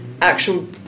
actual